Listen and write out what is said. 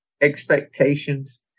expectations